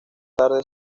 tarde